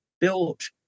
built